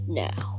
now